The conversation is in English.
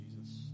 Jesus